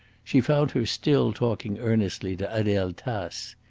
she found her still talking earnestly to adele tace.